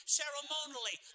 ceremonially